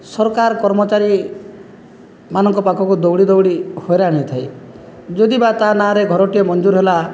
ସରକାର କର୍ମଚାରୀମାନଙ୍କ ପାଖକୁ ଦୌଡ଼ି ଦୌଡ଼ି ହଇରାଣ ହେଇଥାଏ ଯଦି ବି ତା ନାଁରେ ଘରଟିଏ ମଞ୍ଜୁର ହେଲା